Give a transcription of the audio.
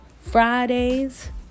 Fridays